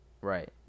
right